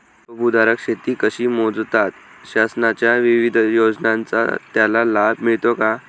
अल्पभूधारक शेती कशी मोजतात? शासनाच्या विविध योजनांचा त्याला लाभ मिळतो का?